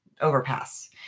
overpass